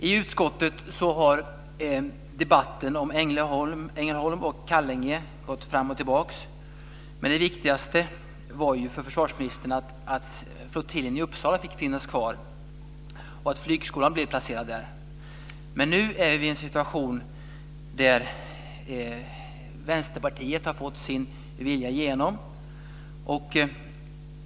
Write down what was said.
I utskottet har debatten om Ängelholm och Kallinge gått fram och tillbaka. Det viktigaste för försvarsministern var ju att flottiljen i Uppsala fick finnas kvar och att Flygskolan blev placerad där. Men nu befinner vi oss i en situation där Vänsterpartiet har fått sin vilja igenom.